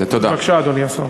בבקשה, אדוני השר.